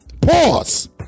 pause